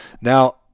Now